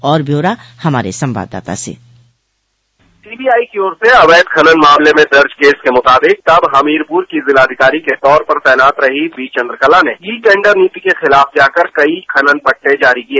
और ब्यौरा हमारे संवाददाता से सीबीआई की ओर से अवैध खनन मामले में दर्ज केस के मुताबिक तब हमीरपुर की जिलाधिकारी के तौर पर तैनात रही बी चन्द्रकला ने ई टेन्डर नीति के खिलाफ जाकर कई खनन पट्टे जारी किए